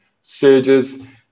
surges